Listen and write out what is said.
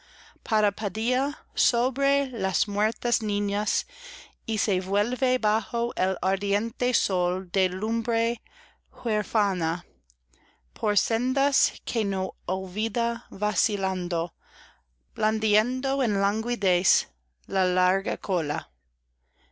parpadea sobre las muertas niñas y se vuelve bajo el ardiente sol de lumbre huérfana por sendas que no olvida vacilando blandiendo en languidez la larga cola